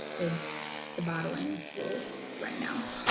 with the bottling rules right now.